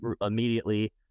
immediately